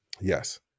Yes